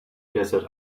desert